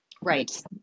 right